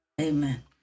Amen